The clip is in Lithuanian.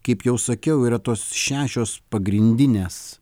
kaip jau sakiau yra tos šešios pagrindinės